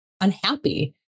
unhappy